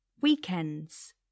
weekends